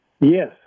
Yes